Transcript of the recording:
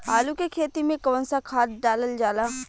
आलू के खेती में कवन सा खाद डालल जाला?